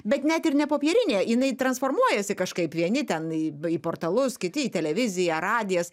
bet net ir nepopierinė jinai transformuojasi kažkaip vieni ten į į portalus kiti į televiziją radijas